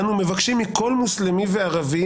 אנו מבקשים מכל מוסלמי וערבי,